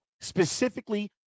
specifically